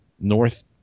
North